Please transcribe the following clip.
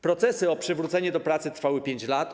Procesy o przywrócenie do pracy trwały 5 lat.